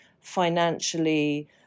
financially